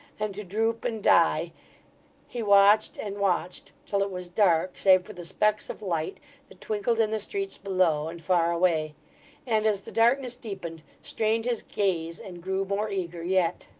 and to droop, and die he watched, and watched, till it was dark save for the specks of light that twinkled in the streets below and far away and, as the darkness deepened, strained his gaze and grew more eager yet.